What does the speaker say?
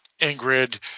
Ingrid